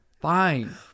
Fine